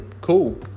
cool